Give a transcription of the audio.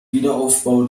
wiederaufbau